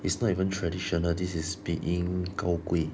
it's not even traditional this is being 高贵